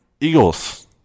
Eagles